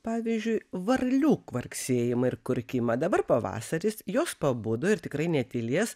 pavyzdžiui varlių kvarksėjimą ir kurkimą dabar pavasaris jos pabudo ir tikrai netylės